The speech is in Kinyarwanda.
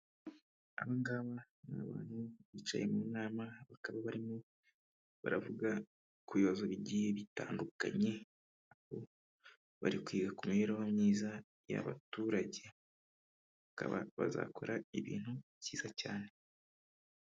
Aba ngaba ni abantu bicaye mu nama, bakaba barimo baravuga ku bibazo bigiye bitandukanye aho bari kwiga ku mibereho myiza y'abaturage, bakaba bazakora ibintu byiza cyane.